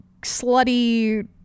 slutty